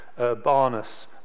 Urbanus